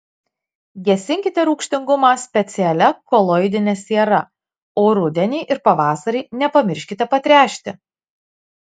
gesinkite rūgštingumą specialia koloidine siera o rudenį ir pavasarį nepamirškite patręšti